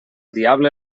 diable